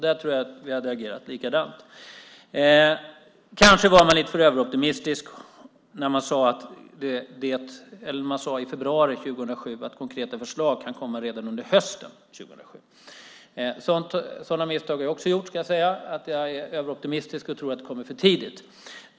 Där tror jag att vi hade agerat likadant. Kanske var man lite överoptimistisk när man i februari 2007 sade att konkreta förslag kan komma redan under hösten 2007. Sådana misstag har jag också gjort; jag är överoptimistisk och tror att det kan komma tidigare.